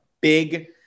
Big